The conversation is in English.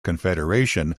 confederation